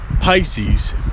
Pisces